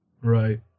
Right